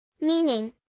Meaning